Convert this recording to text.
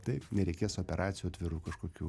taip nereikės operacijų atviru kažkokių